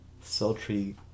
sultry